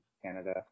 Canada